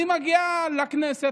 אני מגיע לכנסת,